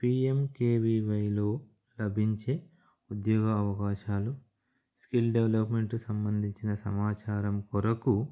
P M K V వైలో లభించే ఉద్యోగ అవకాశాలు స్కిల్ డెవలప్మెంట్ సంబంధించిన సమాచారం కొరకు